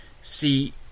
See